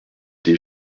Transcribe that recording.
des